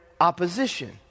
opposition